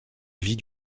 vie